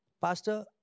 Pastor